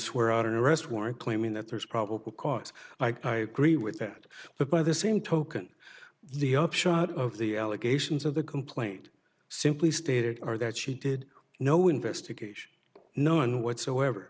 swear out arrest warrant claiming that there is probable cause like i agree with that the by the same token the upshot of the allegations of the complaint simply stated are that she did no investigation none whatsoever